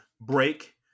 break